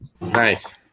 Nice